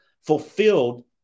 fulfilled